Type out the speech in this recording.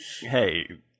Hey